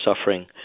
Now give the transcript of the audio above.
suffering